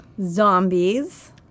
Zombies